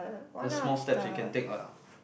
the small steps we can take lah